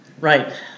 Right